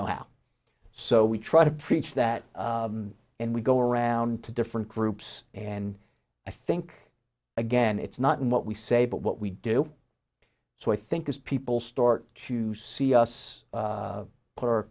know how so we try to preach that and we go around to different groups and i think again it's not in what we say but what we do so i think as people start to see us